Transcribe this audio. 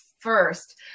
first